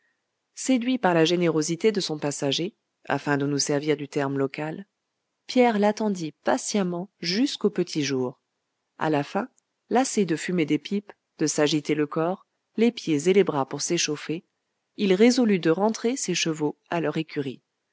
séduit par la générosité de son passager afin de nous servir du terme local pierre l'attendit patiemment jusqu'au petit jour a la fin lassé de fumer des pipes de s'agiter le corps les pieds et les bras pour s'échauffer il résolut de rentrer ses chevaux à leur écurie